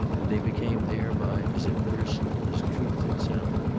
and they became thereby as impersonal as truth itself.